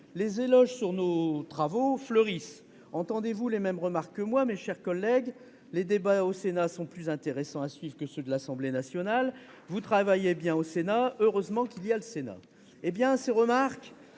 les éloges sur nos travaux fleurissent. Que d'autosatisfaction ! Entendez-vous les mêmes remarques que moi, mes chers collègues ?« Les débats au Sénat sont plus intéressants à suivre que ceux de l'Assemblée nationale. »« Vous travaillez bien, au Sénat. »« Heureusement qu'il y a le Sénat. » Ces remarques